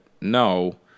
no